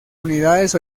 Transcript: unidades